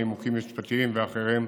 נימוקים משפטיים ואחרים.